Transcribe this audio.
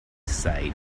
side